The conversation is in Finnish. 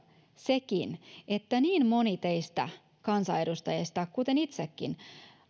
sekin että niin moni teistä kansanedustajista kuten itsekin olen